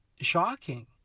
shocking